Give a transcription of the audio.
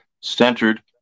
centered